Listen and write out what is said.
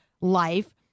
Life